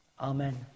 Amen